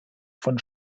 von